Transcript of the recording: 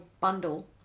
Bundle